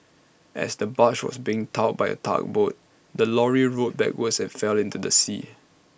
as the barge was being towed by A tugboat the lorry rolled backwards and fell into the sea